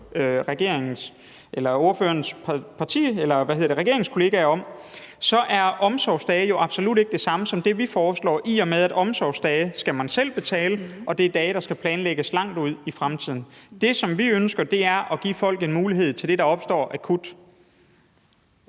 jeg sige – og det var noget af det, jeg spurgte ordførerens regeringskollega om – at omsorgsdage jo absolut ikke er det samme som det, vi foreslår, i og med at omsorgsdage skal man selv betale for, og det er dage, der skal planlægges langt ud i fremtiden. Det, som vi ønsker, er at give folk en mulighed i forhold til det, der opstår akut.